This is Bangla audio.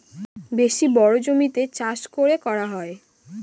বেশি বড়ো জমিতে চাষ করে করা হয়